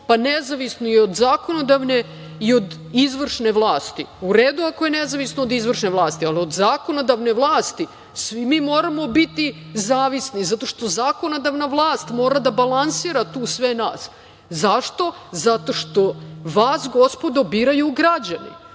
pa nezavisno i od zakonodavne i od izvršne vlasti. U redu ako je nezavisno od izvršne vlasti, ali od zakonodavne vlasti svi mi moramo biti zavisni, zato što zakonodavna vlast mora da balansira tu sve nas. Zašto? Zato što vas, gospodo, biraju građani.